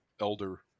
elder